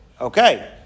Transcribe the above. Okay